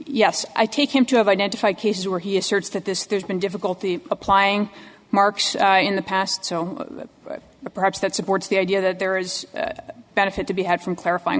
yes i take him to have identified cases where he asserts that this there's been difficulty applying marks in the past so perhaps that supports the idea that there is a benefit to be had from clarify